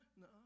No